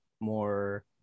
more